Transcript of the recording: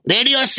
Radio